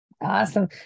Awesome